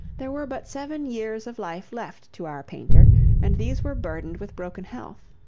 there were but seven years of life left to our painter and these were burdened with broken health.